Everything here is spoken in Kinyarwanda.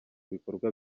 bikorwa